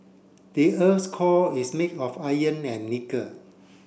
the earth core is made of iron and nickel